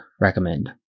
recommend